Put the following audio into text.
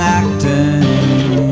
acting